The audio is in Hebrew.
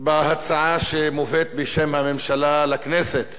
בהצעה שמובאת בשם הממשלה לכנסת.